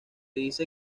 dice